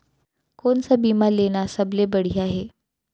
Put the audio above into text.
कोन स बीमा लेना सबले बढ़िया हे?